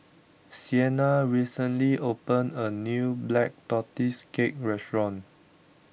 Siena recently opened a new Black Tortoise Cake Restaurant